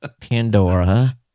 Pandora